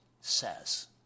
says